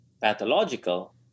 pathological